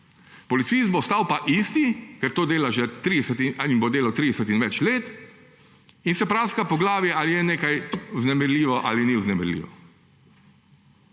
Policist bo ostal pa isti, ker bo to delal 30 in več let, in se praska po glavi, ali je nekaj vznemirljivo ali ni vznemirljivo.